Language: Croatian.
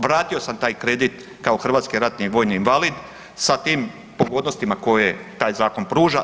Vratio sam taj kredit kao hrvatski ratni vojni invalid sa tim pogodnostima koje taj zakon pruža.